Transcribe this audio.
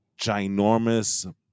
ginormous